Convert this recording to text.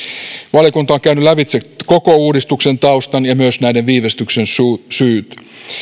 valiokunta on käynyt lävitse koko uudistuksen taustan ja myös näiden viivästysten syyt syyt